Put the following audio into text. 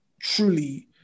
truly